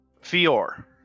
Fior